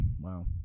Wow